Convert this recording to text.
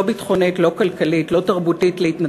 לא ביטחונית,